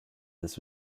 this